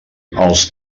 els